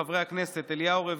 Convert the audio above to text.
חברי הכנסת אליהו רביבו,